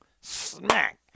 Smack